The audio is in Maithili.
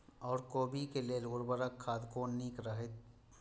ओर कोबी के लेल उर्वरक खाद कोन नीक रहैत?